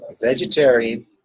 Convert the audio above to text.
vegetarian